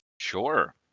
Sure